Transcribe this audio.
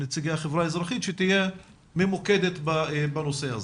נציגי החברה האזרחית שתהיה ממוקדת בנושא הזה.